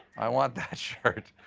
i want that shirt.